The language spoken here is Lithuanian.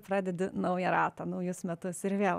pradedi naują ratą naujus metus ir vėl